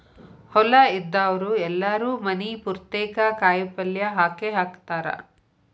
ಹೊಲಾ ಇದ್ದಾವ್ರು ಎಲ್ಲಾರೂ ಮನಿ ಪುರ್ತೇಕ ಕಾಯಪಲ್ಯ ಹಾಕೇಹಾಕತಾರ